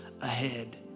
ahead